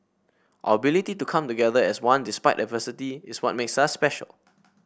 our ability to come together as one despite adversity is what makes us special